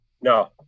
no